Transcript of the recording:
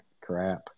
crap